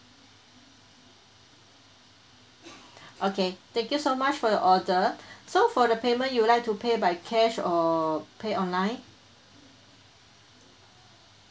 okay thank you so much for your order so for the payment you would like to pay by cash or pay online